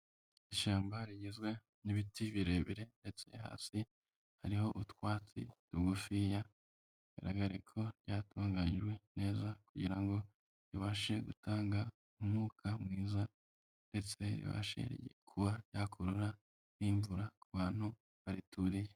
Ishyamba rigizwe n'ibiti birebire ndetse hasi hariho utwatsi tugufiya, bigaragara ko ryatunganyijwe neza kugira ngo ribashe gutanga umwuka mwiza ndetse ribashe kuba ryakurura n'imvura ku bantu barituriye.